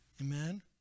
Amen